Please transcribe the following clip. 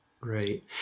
right